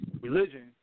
religion